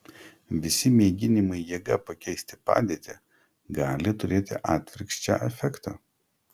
visi mėginimai jėga pakeisti padėtį gali turėti atvirkščią efektą